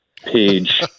page